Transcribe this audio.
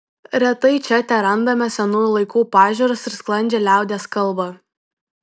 retai čia terandame senųjų laikų pažiūras ir sklandžią liaudies kalbą